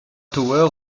tower